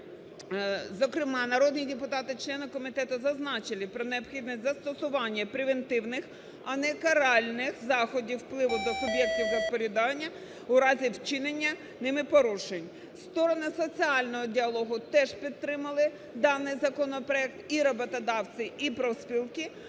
Зокрема, народні депутати члени комітету зазначили про необхідність застосування превентивних, а не каральних заходів впливу до суб'єктів господарювання у разі вчинення ними порушень. Сторони соціального діалогу теж підтримали даний законопроект: і роботодавці, і профспілки.